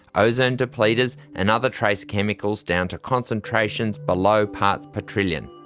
ozone depleters and other trace chemicals down to concentrations below parts per trillion.